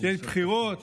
יש בחירות,